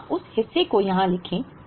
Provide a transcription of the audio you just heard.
तो हम उस हिस्से को यहाँ लिखें